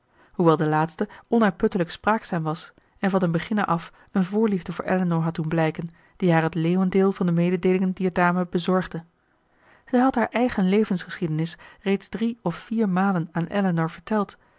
hoewel de laatste onuitputtelijk spraakzaam was en van den beginne af een voorliefde voor elinor had doen blijken die haar het leeuwendeel van de mededeelingen dier dame bezorgde zij had haar eigen levensgeschiedenis reeds drie of vier malen aan elinor verteld